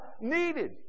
needed